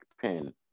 pin